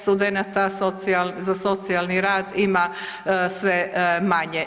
Studenata za socijalni rad ima sve manje.